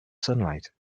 sunlight